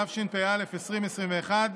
התשפ"א 2021,